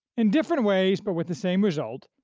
in different ways but with the same result,